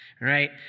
right